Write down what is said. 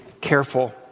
careful